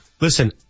Listen